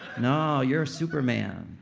no. you're superman.